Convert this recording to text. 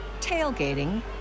tailgating